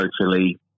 socially